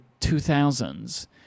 2000s